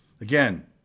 again